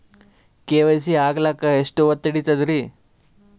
KYC ಆಗಲಕ್ಕ ಎಷ್ಟ ಹೊತ್ತ ಹಿಡತದ್ರಿ?